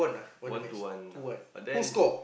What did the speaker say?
one to one ah but then